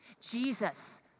Jesus